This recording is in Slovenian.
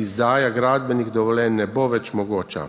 izdaja gradbenih dovoljenj ne bo več mogoča.